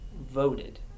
voted